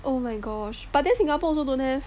oh my gosh but then Singapore also don't have